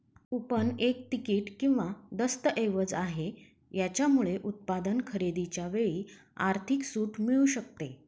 coupon एक तिकीट किंवा दस्तऐवज आहे, याच्यामुळे उत्पादन खरेदीच्या वेळी आर्थिक सूट मिळू शकते